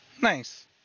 Nice